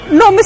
no